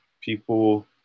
people